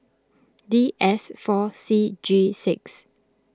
D S four C G six